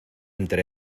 entre